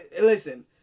Listen